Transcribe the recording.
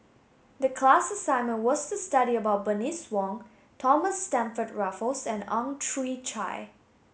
the class assignment was to study about Bernice Wong Thomas Stamford Raffles and Ang Chwee Chai